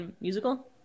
Musical